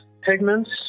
pigments